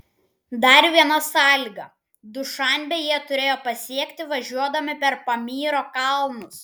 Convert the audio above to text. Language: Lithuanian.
dar viena sąlyga dušanbę jie turėjo pasiekti važiuodami per pamyro kalnus